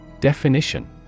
Definition